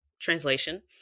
translation